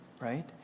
right